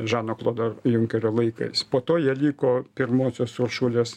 žano klodo junkerio laikais po to jie liko pirmosios uršulės